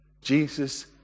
Jesus